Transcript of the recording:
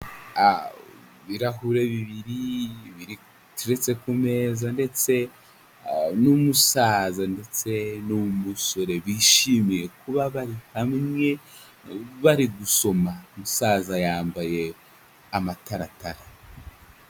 Ibirahure bibiri biteretse ku meza ndetse n'umusaza ndetse n'umusore bishimiye kuba bari hamwe, bari gusoma, umusaza yambaye amataratara.